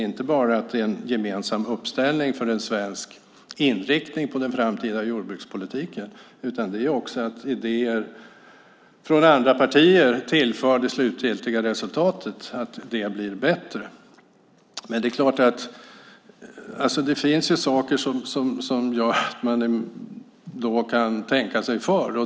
Det är inte bara en gemensam uppställning för en svensk inriktning på den framtida jordbrukspolitiken. Det handlar också om att idéer från andra partier tillförs det slutgiltiga resultatet så att det blir bättre. Det finns saker som gör att man kan tänka sig för.